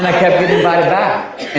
like kept getting invited back.